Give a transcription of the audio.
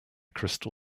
crystal